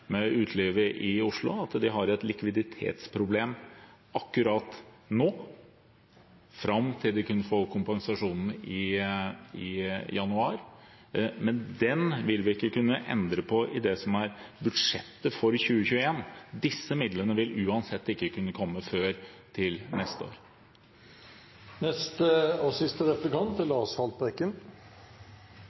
i Oslo – at det påpekes at de har et likviditetsproblem akkurat nå, fram til de kan få kompensasjonen i januar, men den vil vi ikke kunne endre på i det som er budsjettet for 2021. Disse midlene vil uansett ikke kunne komme før til neste år.